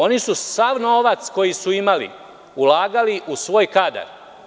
Oni su sav novac koji su imali ulagali u svoj kadar.